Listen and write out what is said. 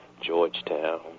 Georgetown